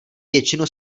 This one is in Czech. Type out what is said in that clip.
většinu